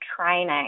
training